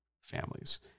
families